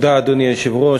אדוני היושב-ראש,